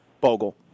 Bogle